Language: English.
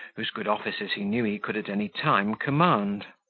whose good offices he knew he could at any time command.